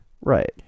right